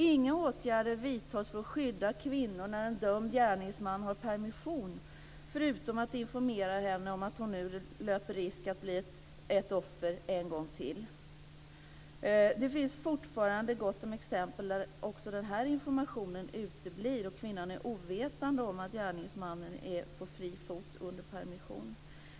Inga åtgärder vidtas för att skydda kvinnan när en dömd gärningsman har permission förutom att man informerar kvinnan om att hon nu löper risk att bli ett offer en gång till. Det finns fortfarande gott om exempel där också den här informationen uteblir och kvinnan är ovetande om att gärningsmannen är på fri fot under en permission.